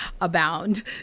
abound